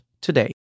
today